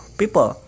people